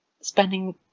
spending